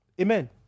Amen